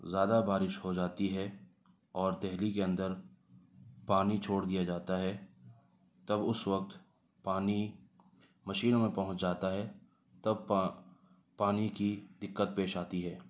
زیادہ بارش ہو جاتی ہے اور دہلی کے اندر پانی چھوڑ دیا جاتا ہے تب اس وقت پانی مشینوں میں پہنچ جاتا ہے تب پا پانی کی دقت پیش آتی ہے